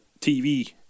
TV